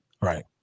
Right